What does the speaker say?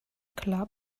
club